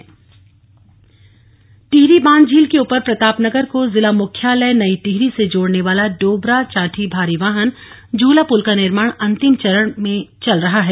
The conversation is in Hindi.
डोबरा चांठी पुल टिहरी बांध झील के ऊपर प्रताप नगर को जिला मुख्यालय नई टिहरी से जोड़ने वाला डोबरा चांठी भारी वाहन झूला पुल का निर्माण अंतिम चरण में है